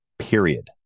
Period